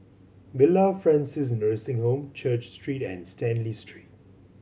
Villa Francis Nursing Home Church Street and Stanley Street